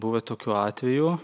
buvę tokių atvejų